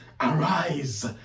arise